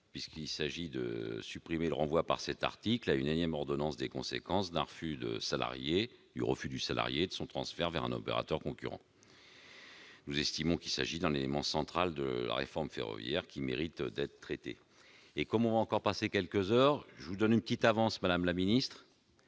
sens. Il s'agit de supprimer le renvoi par cet article à une énième ordonnance des conséquences du refus par un salarié de son transfert vers un opérateur concurrent. Nous estimons qu'il s'agit d'un élément central de la réforme ferroviaire, qui mérite d'être traité. Comme nos débats vont encore durer quelques heures, je prends un peu d'avance, madame la ministre